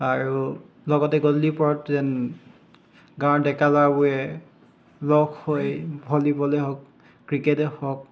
আৰু লগতে গধূলি পৰত যেন গাঁৱৰ ডেকা ল'ৰাবোৰে লগ হৈ ভলীবলেই হওক ক্ৰিকেটেই হওক